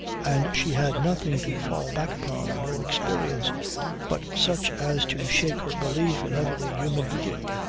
and she had nothing to fall back upon, no experience but such as to shake her belief in every human being.